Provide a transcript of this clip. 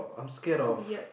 so weird